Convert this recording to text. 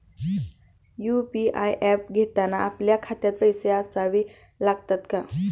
UPI app घेताना आपल्या खात्यात पैसे असावे लागतात का?